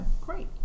great